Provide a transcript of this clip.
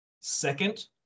Second